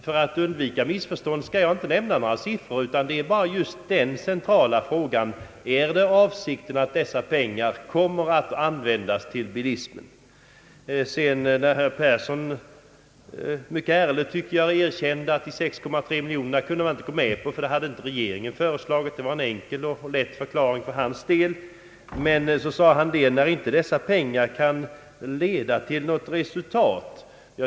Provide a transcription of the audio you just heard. För att undvika missförstånd skall jag inte nämna några siffror utan bara ställa den centrala frågan: Är avsikten att dessa pengar skall användas för bilismen? Herr Persson erkände ärligt att han inte kunde gå med på de 6,3 miljonerna på grund av att förslaget inte kom från regeringen. Det var en enkel och lätt förklaring för herr Perssons del. Han sade vidare att dessa pengar inte kunde leda till något resultat.